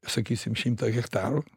sakysim šimtą hektarų